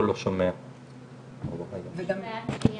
את רשות הדיבור.